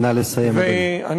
נא לסיים, אדוני.